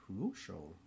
crucial